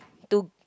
two